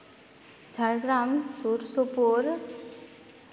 ᱡᱷᱟᱲᱜᱨᱟᱢ ᱥᱩᱨ ᱥᱩᱯᱩᱨ